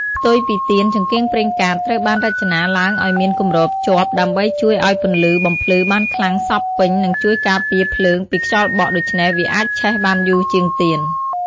ផ្ទុយពីទៀន ចង្កៀងប្រេងកាតត្រូវបានរចនាឡើងឲ្យមានគម្របជាប់ដើម្បីជួយឲ្យពន្លឺបំភ្លឺបានខ្លាំងសព្វពេញ និងជួយការពារភ្លើងពីខ្យល់បក់ ដូច្នេះវាអាចឆេះបានយូរជាងទៀន។